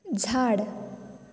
झाड